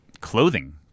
clothing